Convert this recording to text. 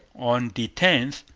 on the tenth,